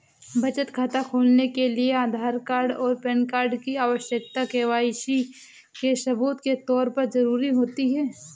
बचत खाता खोलने के लिए आधार कार्ड और पैन कार्ड की आवश्यकता के.वाई.सी के सबूत के तौर पर ज़रूरी होती है